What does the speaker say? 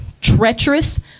treacherous